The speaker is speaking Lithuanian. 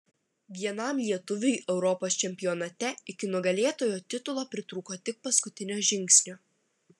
vienam lietuviui europos čempionate iki nugalėtojo titulo pritrūko tik paskutinio žingsnio